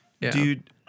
Dude